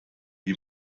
die